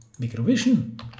Microvision